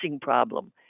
problem